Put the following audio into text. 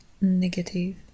negative